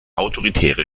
autoritäre